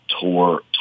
tour